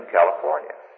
California